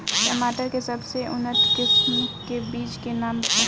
टमाटर के सबसे उन्नत किस्म के बिज के नाम बताई?